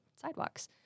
sidewalks